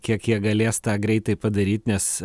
kiek jie galės tą greitai padaryt nes